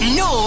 no